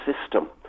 system